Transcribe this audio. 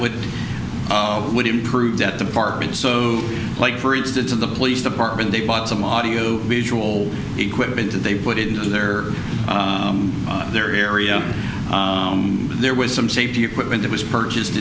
would would improve that department so like for instance of the police department they bought some audio visual equipment that they put into their their area and there was some safety equipment that was purchased